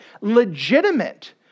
Legitimate